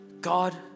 God